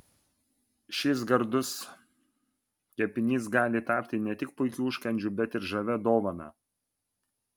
šis gardus kepinys gali tapti ne tik puikiu užkandžiu bet ir žavia dovana